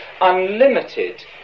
Unlimited